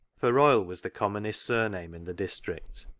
for royle was the commonest surname in the district.